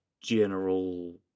general